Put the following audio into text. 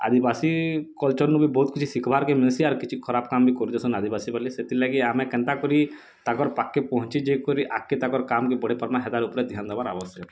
ଆଦିବାସୀ culture ନୁ ବି ବହୁତ୍ କିଛି ଶିଖ୍ବାର୍ କେ ମିଲ୍ସି ଆର୍ କିଛି ଖରାପ୍ କାମ୍ ବି କରୁଛନ୍ ସେ ଆଦିବାସୀ ବୋଲି ସେଥିର୍ଲାଗି ଆମେ କେନ୍ତା କରି ତାକର୍ ପାଖ୍କେ ପହଞ୍ଚି ଯାଇକରି ଆଗକେ ତାକର୍ କାମ୍ କେ ବଢ଼େଇପାରମା ହେତାର୍ ଉପରେ ଧ୍ୟାନ୍ ଦେବାର୍ ଆବଶ୍ୟକ ହେ